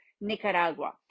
Nicaragua